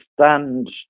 stand